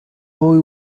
boy